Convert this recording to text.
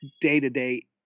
day-to-day